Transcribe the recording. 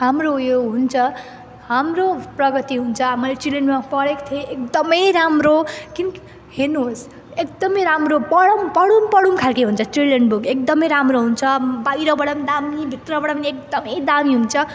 हाम्रो उयो हुन्छ हाम्रो प्रगति हुन्छ मैले चिल्ड्रेनमा पढेको थिएँ एकदमै राम्रो किन हेर्नुहोस् एकदमै राम्रो पढौँ पढौँ पढौँ खालके हुन्छ चिल्ड्रेन बुक एकदमै राम्रो हुन्छ बाहिरबाट पनि दामी भित्रबाट पनि एकदमै दामी हुन्छ